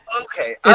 okay